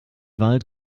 weit